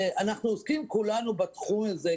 אנחנו עוסקים כולנו בתחום הזה,